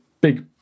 big